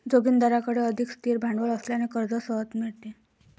जोगिंदरकडे अधिक स्थिर भांडवल असल्याने कर्ज सहज मिळते